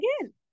again